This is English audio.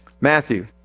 Matthew